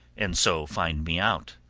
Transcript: and so find me out.